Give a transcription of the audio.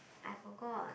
I forgot